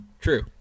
True